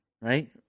right